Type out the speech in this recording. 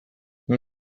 non